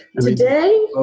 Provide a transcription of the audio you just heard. today